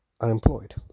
unemployed